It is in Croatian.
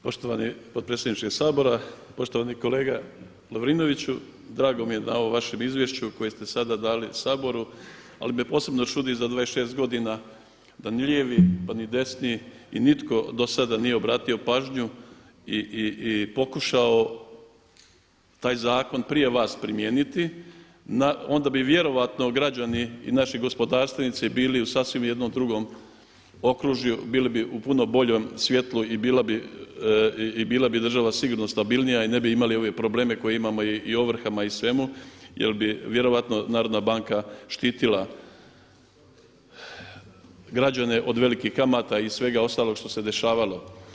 Poštovani potpredsjedniče Sabora, poštovani kolega Lovrinoviću drago mi je na ovom vašem izvješću koje ste sada dali Sabor, ali me posebno čudi za 26 godina da ni lijevi, pa ni desni i nitko dosada nije obratio pažnju i pokušao taj zakon prije vas primijeniti onda bi vjerojatno građani i naši gospodarstvenici bili u sasvim jednom drugom okružju, bili bi u puno boljem svjetlu i bila bi država sigurno stabilnija i ne bi imali ove probleme koje imamo i s ovrhama i svime jel bi vjerojatno Narodna banka štitila građane od velikih kamata i svega ostalog što se dešavalo.